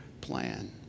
plan